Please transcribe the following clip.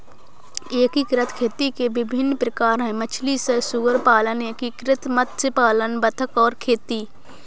एकीकृत खेती के विभिन्न प्रकार हैं मछली सह सुअर पालन, एकीकृत मत्स्य पालन बतख और खेती